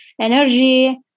energy